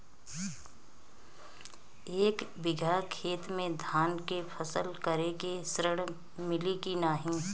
एक बिघा खेत मे धान के फसल करे के ऋण मिली की नाही?